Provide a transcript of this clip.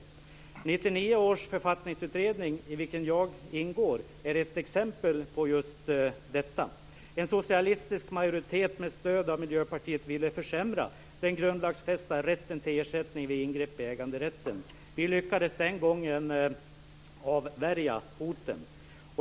1999 års författningsutredning, i vilken jag ingår, är ett exempel på just detta. En socialistisk majoritet med stöd av Miljöpartiet ville försämra den grundlagsfästa rätten till ersättning vid ingrepp i äganderätten. Vi lyckades den gången avvärja hoten.